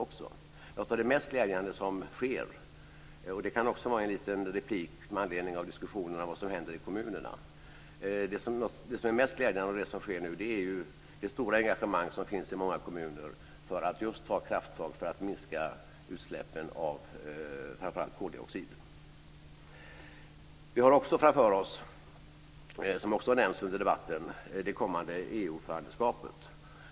Det som är mest glädjande nu - det kan också vara en replik med anledning av diskussionen om vad som händer i kommunerna - är det stora engagemang som finns i många kommuner för att just ta krafttag för att minska utsläppen av framför allt koldioxid. Vi har även framför oss, som också har nämnts under debatten, det kommande EU-ordförandeskapet.